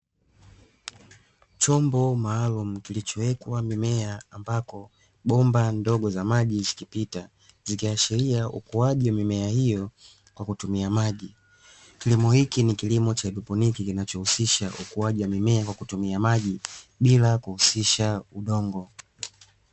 Chombo maalumu kilichowekwa mimea ambako bomba ndogo za maji zikipita, zikiashiria ukuaji mimea hiyo kwa kutumia maji. Kilimo hiki ni kilimo cha haidroponi kinachohusisha ukuaji wa mimea kwa kutumia maji bila kuhusisha udongo.